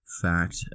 fact